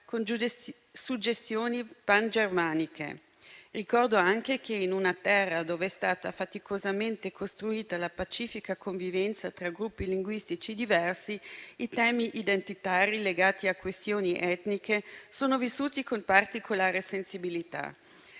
con suggestioni pangermaniche. Ricordo anche che, in una terra dove è stata faticosamente costruita la pacifica convivenza tra gruppi linguistici diversi, i temi identitari legati a questioni etniche sono vissuti con particolare sensibilità.